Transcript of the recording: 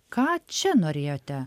ką čia norėjote